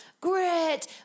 grit